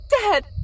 Dad